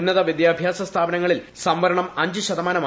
ഉന്നത വിദ്യാഭ്യാസ സ്ഥാപനങ്ങളിൽ സംവരണം അഞ്ച് ശതമാനമായി